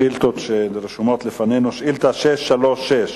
השאילתות שרשומות לפנינו: שאילתא 636,